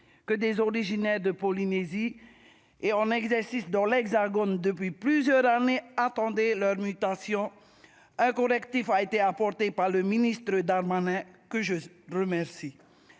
que des originaires de Polynésie et en exercice dans l'hexagone depuis plusieurs années, attendez leur mutation, un collectif a été emporté par le ministre Darmanin que je remercie